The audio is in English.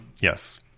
Yes